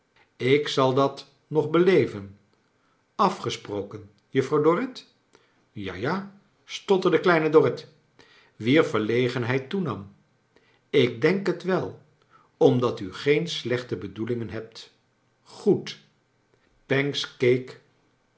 ik zal dat nog beleven afgesproken juffrouw dorrit ja-a stotterde kleine dorrit wier verlegenheid toenam ik denk het wel omdat u geen slechte bedoelingen hebt goed pancks